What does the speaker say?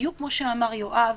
בדיוק כמו שאמר יואב,